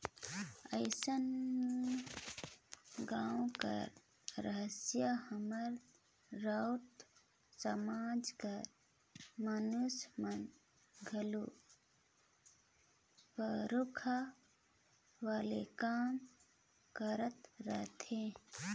अइसने गाँव कर रहोइया हमर राउत समाज कर मइनसे मन घलो पूरखा वाला काम करत रहथें